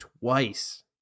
twice